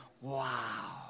wow